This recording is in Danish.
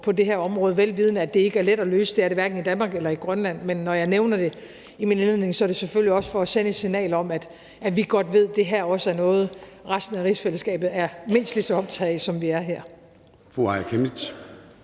på det her område, vel vidende at det ikke er let at løse – det er det hverken i Danmark eller i Grønland. Men når jeg nævner det i min indledning, er det selvfølgelig også for at sende et signal om, at vi godt ved, at det her også er noget, resten af rigsfællesskabet er mindst lige så optaget af, som vi er her.